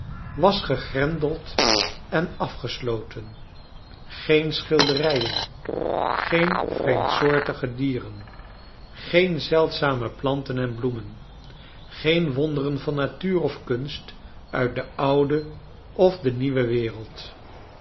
was gegrendeld en afgesloten green schilderijen geen vreemdsoortige dieren geen zeldzame planten en bloemen geen wonderen van natuur of kunst uit de oude of de nieuwe wereld